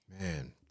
Man